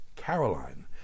Caroline